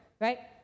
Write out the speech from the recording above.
Right